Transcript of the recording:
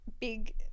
big